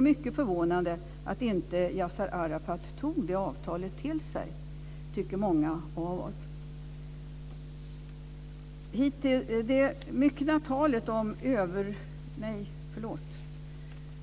mycket förvånande att Yassir Arafat inte tog detta avtal till sig. Det tycker många av oss.